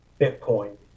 Bitcoin